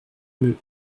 pme